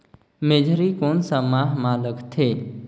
मेझरी कोन सा माह मां लगथे